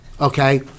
Okay